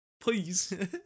please